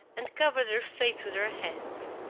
and covered her face with her hands.